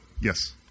yes